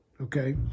Okay